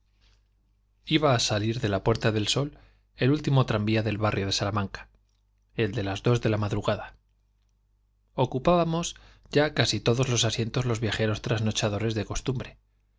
iba á salir de la puerta del sol el último tranvía del barrio de salamanca el de las dos de la madrugada ocupábamos ya casi todos los asientos los viajeros trasnochadores de costumbre